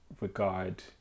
regard